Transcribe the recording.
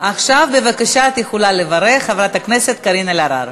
עכשיו את יכולה לברך, חברת הכנסת קארין אלהרר.